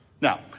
Now